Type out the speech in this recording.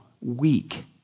weak